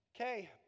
Okay